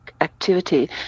activity